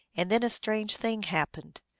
and then a strange thing happened.